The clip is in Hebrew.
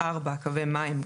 (4)קווי מים,